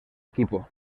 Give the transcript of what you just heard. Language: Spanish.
equipo